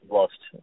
lost